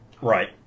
Right